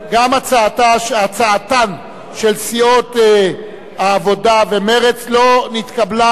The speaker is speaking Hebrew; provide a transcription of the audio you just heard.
גם הצעתן של סיעות העבודה ומרצ לא נתקבלה,